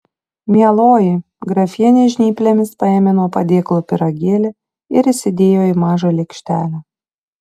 mieloji grafienė žnyplėmis paėmė nuo padėklo pyragėlį ir įsidėjo į mažą lėkštelę